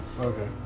okay